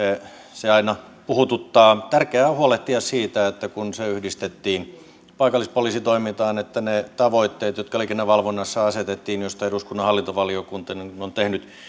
se aina puhututtaa tärkeää on huolehtia siitä kun se yhdistettiin paikallispoliisitoimintaan että ne tavoitteet jotka liikennevalvonnassa asetettiin joista eduskunnan hallintovaliokunta on tehnyt